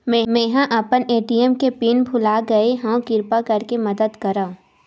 मेंहा अपन ए.टी.एम के पिन भुला गए हव, किरपा करके मदद करव